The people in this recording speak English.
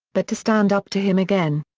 but to stand up to him again.